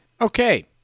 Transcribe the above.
Okay